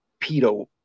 Pedo